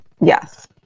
Yes